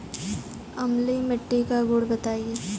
अम्लीय मिट्टी का गुण बताइये